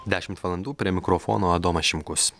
dešimt valandų prie mikrofono adomas šimkus